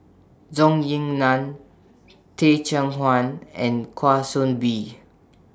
Zhou Ying NAN Teh Cheang Wan and Kwa Soon Bee